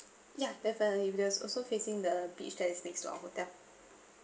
ya definitely we're also facing the beach that is next to our hotel